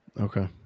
Okay